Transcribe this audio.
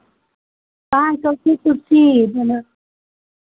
पाँच सौ की कुर्सी मने